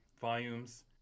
volumes